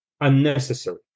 unnecessary